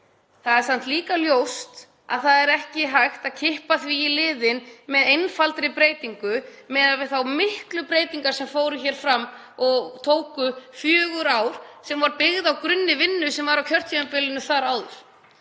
Það er samt líka ljóst að það er ekki hægt að kippa því í liðinn með einfaldri breytingu miðað við þær miklu breytingar sem gerðar voru hér og tóku fjögur ár, sem voru byggðar á grunni vinnu sem unnin var á kjörtímabilinu þar áður.